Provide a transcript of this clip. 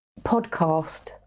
podcast